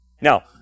Now